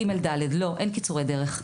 ג' ו-ד' לא אין קיצורי דרך.